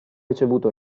ricevuto